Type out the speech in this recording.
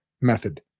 method